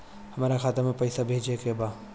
हमका खाता में पइसा भेजे के बा